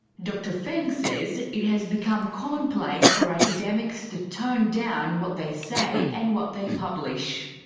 dr feng says it has become commonplace for academics to tone down what they say and what they publish.